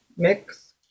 Mix